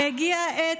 תודה.